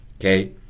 okay